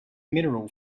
mineral